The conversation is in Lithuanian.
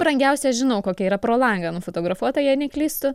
brangiausia aš žinau kokia yra pro langą nufotografuota jei neklystu